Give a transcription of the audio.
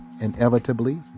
inevitably